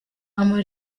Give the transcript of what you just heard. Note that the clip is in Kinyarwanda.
ama